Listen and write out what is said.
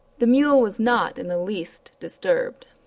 the mule was not in the least disturbed.